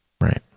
right